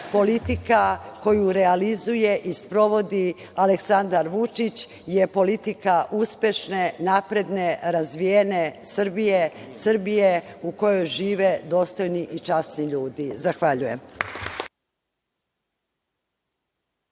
politika koju realizuje i sprovodi Aleksandar Vučić je politika uspešne, napredne, razvijene Srbije, Srbije u kojoj žive dostojni i časni ljudi. Zahvaljujem.